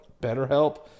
BetterHelp